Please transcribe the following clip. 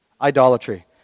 Idolatry